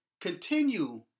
continue